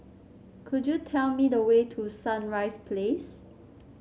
could you tell me the way to Sunrise Place